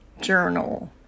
journal